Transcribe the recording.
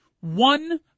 one